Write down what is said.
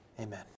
Amen